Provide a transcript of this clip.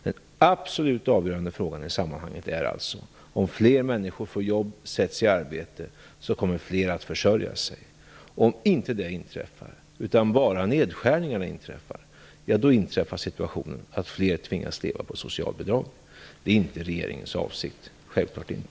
Den absolut avgörande frågan i sammanhanget är alltså följande: Om fler människor får jobb och sätts i arbete kommer fler att försörja sig. Om inte det inträffar, utan det bara blir nedskärningar, inträffar situationen att fler tvingas leva på socialbidrag. Det är självfallet inte regeringens avsikt.